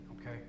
okay